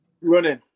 Running